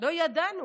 לא ידענו.